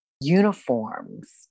Uniforms